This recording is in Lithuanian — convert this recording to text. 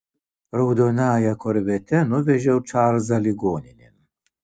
raudonąja korvete nuvežiau čarlzą ligoninėn